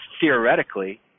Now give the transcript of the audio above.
theoretically